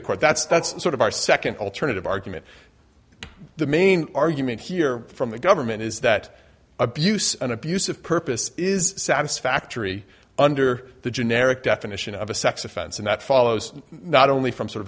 the court that's that's sort of our second alternative argument the main argument here from the government is that abuse and abuse of purpose is satisfactory under the generic definition of a sex offense and that follows not only from sort